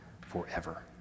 forever